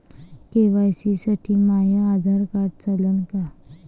KYC साठी माह्य Aadhaar card चालन का?